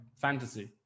fantasy